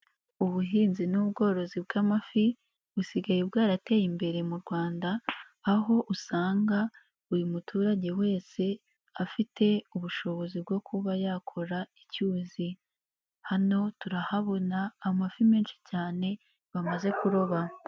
Ubuhinzi n'ubworozi bw'amafi busigaye bwarateye imbere mu Rwanda aho usanga buri muturage wese afite ubushobozi bwo kuba yakora icyuzi, hano turahabona amafi menshi cyane bamaze kuroba.